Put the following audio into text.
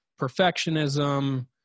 perfectionism